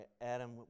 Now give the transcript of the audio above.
Adam